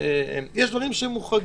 יש דברים מוחרגים.